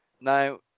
now